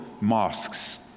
mosques